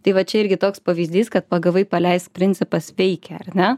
tai va čia irgi toks pavyzdys kad pagavai paleisk principas veikia ar ne